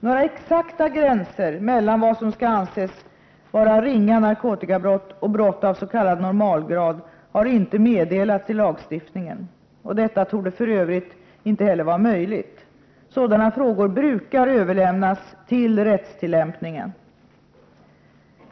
Några exakta gränser mellan vad som skall anses vara ringa narkotikabrott och brott av s.k. normalgrad har inte meddelats i lagstiftningen, och detta torde för övrigt inte heller vara möjligt. Sådana frågor brukar överlämnas till rättstillämpningen.